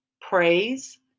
praise